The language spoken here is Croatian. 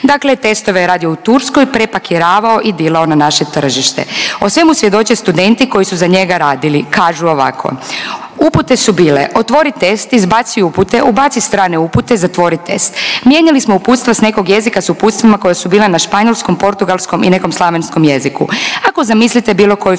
Dakle, testove je radio u Turskoj, prepakiravao i dilao na naše tržište. O svemu svjedoče studenti koji su za njega radili. Kažu ovako, upute su bile otvori test, izbaci upute, ubaci strane upute, zatvori test, mijenjali smo jezika s nekog jezika s uputstvima koja su bila na španjolskom, portugalskom i nekom slavenskom jeziku. Ako zamislite bilo koju